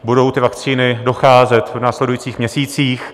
Budou ty vakcíny docházet v následujících měsících.